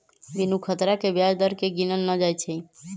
बिनु खतरा के ब्याज दर केँ गिनल न जाइ छइ